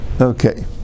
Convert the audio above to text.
Okay